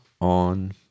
on